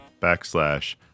backslash